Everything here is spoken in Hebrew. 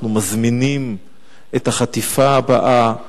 אנחנו מזמינים את החטיפה הבאה,